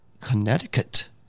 Connecticut